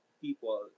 people